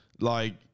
Like-